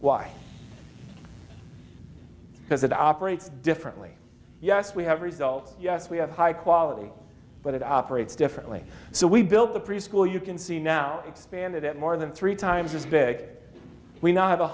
because it operates differently yes we have results yes we have high quality but it operates differently so we built the preschool you can see now expanded it more than three times as big we now have